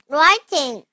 Writing